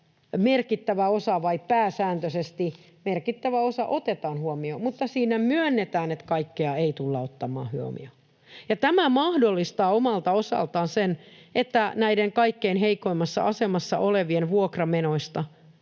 merkittävä osa, tai pääsääntöisesti merkittävä osa, otetaan huomioon, mutta siinä myönnetään, että kaikkea ei tulla ottamaan huomioon. Ja tämä mahdollistaa omalta osaltaan sen, että näiden kaikkein heikoimmassa asemassa olevien vuokramenoista